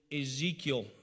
Ezekiel